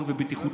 עור?